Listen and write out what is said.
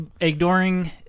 ignoring